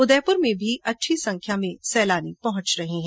उदयपुर में भी अच्छी संख्या में सैलानी पहुंच रहे हैं